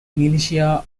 militia